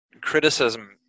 criticism